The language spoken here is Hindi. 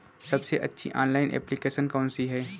सबसे अच्छी ऑनलाइन एप्लीकेशन कौन सी है?